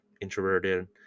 introverted